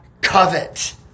covet